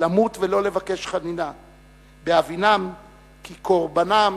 למות ולא לבקש חנינה, בהבינם כי קורבנם